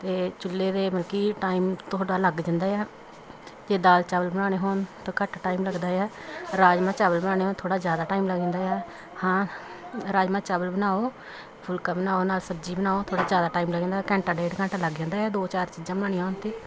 ਅਤੇ ਚੁੱਲ੍ਹੇ ਦੇ ਮਲਕੀ ਟਾਈਮ ਤੁਹਾਡਾ ਲੱਗ ਜਾਂਦਾ ਆ ਅਤੇ ਦਾਲ ਚਾਵਲ ਬਣਾਉਣੇ ਹੋਣ ਤਾਂ ਘੱਟ ਟਾਈਮ ਲੱਗਦਾ ਆ ਰਾਜਮਾਂਹ ਚਾਵਲ ਬਣਾਉਣੇ ਆ ਥੋੜ੍ਹਾ ਜ਼ਿਆਦਾ ਟਾਈਮ ਲੱਗ ਜਾਂਦਾ ਆ ਹਾਂ ਰਾਜਮਾਂਹ ਚਾਵਲ ਬਣਾਓ ਫੁਲਕਾ ਬਣਾਓ ਨਾਲ ਸਬਜ਼ੀ ਬਣਾਓ ਥੋੜ੍ਹਾ ਜ਼ਿਆਦਾ ਟਾਈਮ ਲੱਗ ਜਾਂਦਾ ਘੰਟਾ ਡੇਢ ਘੰਟਾ ਲੱਗ ਜਾਂਦਾ ਆ ਦੋ ਚਾਰ ਚੀਜ਼ਾਂ ਬਣਾਉਣੀਆ ਹੋਣ ਤਾਂ